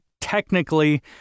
technically